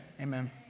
Amen